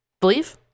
believe